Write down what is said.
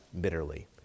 bitterly